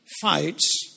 fights